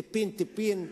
טיפין-טיפין,